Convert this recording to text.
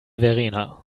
verena